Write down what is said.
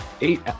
Eight